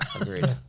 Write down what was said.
Agreed